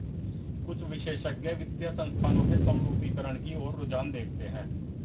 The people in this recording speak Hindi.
कुछ विशेषज्ञ वित्तीय संस्थानों के समरूपीकरण की ओर रुझान देखते हैं